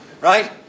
right